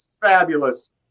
fabulous